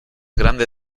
grande